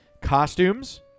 Costumes